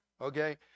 Okay